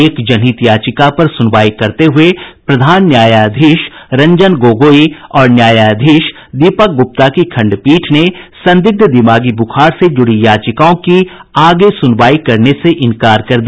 एक जनहित याचिका पर सुनवाई करते हुये प्रधान न्यायाधीश रंजन गोगोई और न्यायाधीश दीपक गुप्ता की खंडपीठ ने संदिग्ध दिमागी ब्रखार से जुड़ी याचिकाओं की आगे सुनवाई करने से इंकार कर दिया